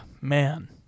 Man